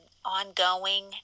ongoing